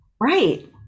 right